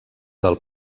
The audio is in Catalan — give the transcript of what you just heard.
del